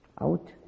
out